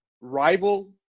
rival